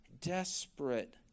desperate